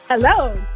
Hello